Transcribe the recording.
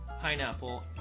pineapple